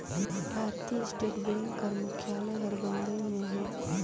भारतीय state bank कर मुख्यालय हर बंबई में अहे